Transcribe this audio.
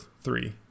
three